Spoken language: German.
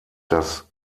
das